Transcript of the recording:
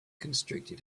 constricted